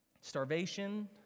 starvation